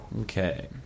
Okay